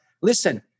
listen